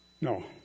No